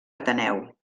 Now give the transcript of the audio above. ateneu